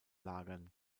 lagern